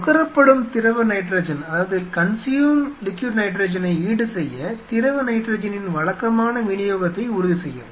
நுகரப்படும் திரவ N2 ஐ ஈடுசெய்ய திரவ நைட்ரஜனின் வழக்கமான விநியோகத்தை உறுதி செய்யவும்